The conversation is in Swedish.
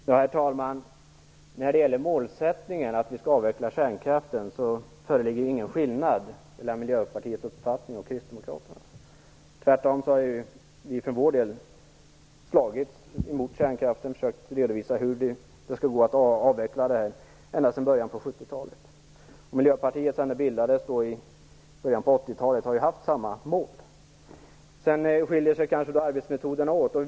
Herr talman! När det gäller målsättningen att vi skall avveckla kärnkraften föreligger ingen skillnad mellan Miljöpartiets uppfattning och kristdemokraternas. Tvärtom har vi för vår del slagits mot kärnkraften och försökt redovisa hur man skall kunna avveckla den ända sedan början av 1970-talet. Miljöpartiet, som bildades i början av 1980-talet, har haft samma mål. Sedan skiljer sig kanske arbetsmetoderna åt.